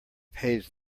pays